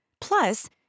Plus